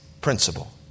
principle